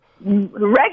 regular